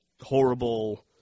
horrible